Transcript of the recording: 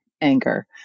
anger